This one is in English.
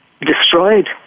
destroyed